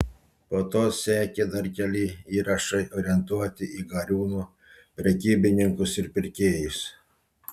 po to sekė dar keli įrašai orientuoti į gariūnų prekybininkus ir pirkėjus